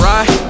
Right